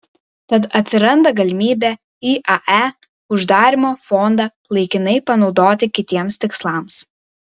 tad atsiranda galimybė iae uždarymo fondą laikinai panaudoti kitiems tikslams